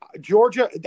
Georgia